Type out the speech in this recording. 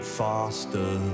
faster